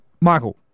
Michael